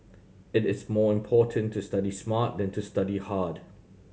it is more important to study smart than to study hard